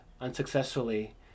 unsuccessfully